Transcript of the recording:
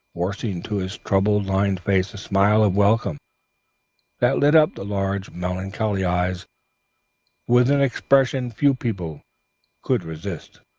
forcing to his trouble-lined face a smile of welcome that lit up the large melancholy eyes with an expression few people could resist.